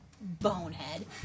bonehead